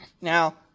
Now